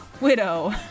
widow